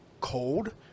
cold